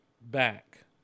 back